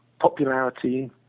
popularity